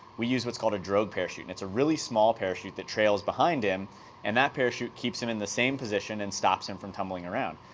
we use what's called a drogue parachute and it's a really small parachute that trails behind him and that parachute keeps him in the same position and stops him from tumbling around.